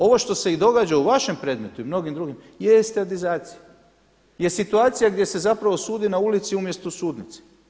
Ovo što se i događa u vašem predmetu i mnogim drugim je estradizacija, je situacija gdje se zapravo sudi na ulici umjesto u sudnici.